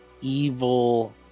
Evil